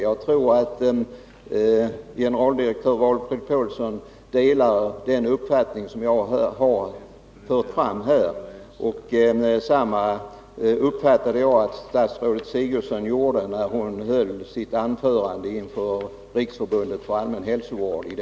Jag tror att generaldirektör Valfrid Paulsson delar 'den uppfattning jag här har fört fram. Detsamma uppfattade jag att statsrådet Sigurdsen gjorde när hon tidigare denna vecka höll sitt anförande inför Riksförbundet för allmän hälsovård.